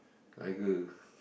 Tiger